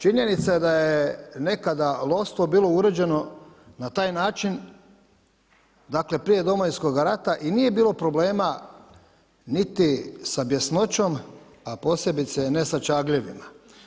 Činjenica da je nekada lovstvo bilo uređeno na taj način prije Domovinskoga rata i nije bilo problema niti sa bjesnoćom, a posebice ne sa čagljevima.